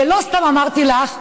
ולא סתם אמרתי לך,